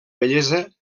bellesa